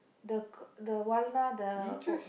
the the walna the oh